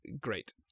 Great